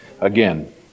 again